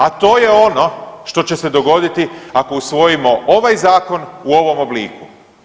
A to je ono što će se dogoditi ako usvojimo ovaj zakon u ovom obliku.